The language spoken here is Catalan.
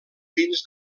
pins